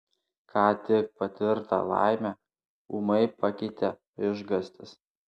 ką tik patirtą laimę ūmai pakeitė išgąstis